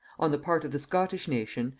on the part of the scottish nation,